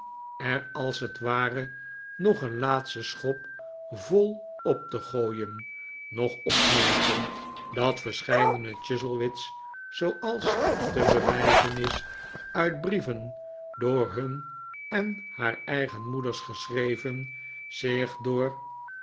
er als het ware nog een laatsten schop vol op te gooien nog opmerken dat verscheidene chuzzlewit's zooals te bewijzen is uit brieven door hun en haar eigen moeders geschreven zich door